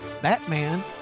Batman